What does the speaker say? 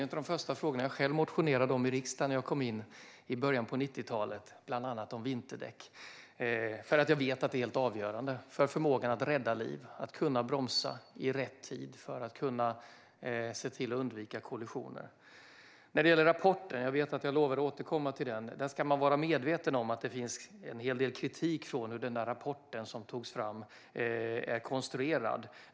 En av de första frågor som jag motionerade om när jag kom in i riksdagen i början på 90-talet var frågan om vinterdäck, då jag vet att det är helt avgörande för förmågan att rädda liv och undvika kollisioner att kunna bromsa i tid. När det gäller rapporten, som jag lovade att återkomma till, ska man vara medveten om att det riktats en hel del kritik mot hur den är konstruerad.